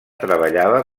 treballava